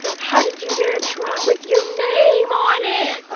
how did you get a truck with your name on it?